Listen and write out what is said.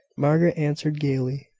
margaret answered gaily,